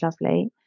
lovely